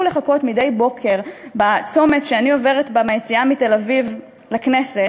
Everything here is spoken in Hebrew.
לחכות מדי בוקר בצומת שאני עוברת בו מהיציאה מתל-אביב לכנסת